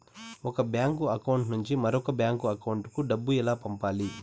ఒక bank account నుంచి మరొక బ్యాంకు అకౌంట్ కు డబ్బు ఎలా పంపాలి